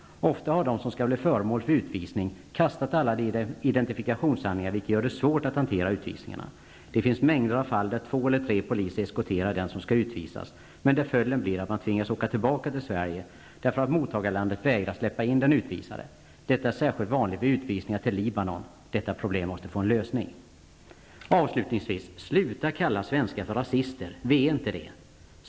Ofta har de som skall bli föremål för utvisning kastat alla identifikationshandlingar, vilket gör det svårt att hantera utvisningarna. Det finns mängder av fall där två eller tre poliser eskorterar den som skall utvisas, men där följden blir att de tvingas åka tillbaka till Sverige, därför att mottagarlandet vägrar släppa in den utvisade. Detta är särskilt vanligt vid utvisningar till Libanon. Detta problem måste få en lösning. Jag vill avsluta med följande. Sluta kalla svenskar för rasister. Vi är inte det.